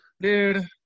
Dude